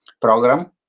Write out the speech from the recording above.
program